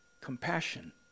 compassion